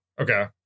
Okay